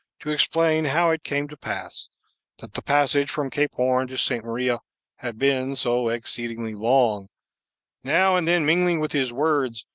to explain how it came to pass that the passage from cape horn to st. maria had been so exceedingly long now and then, mingling with his words,